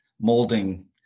molding